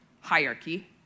hierarchy